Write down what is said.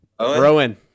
Rowan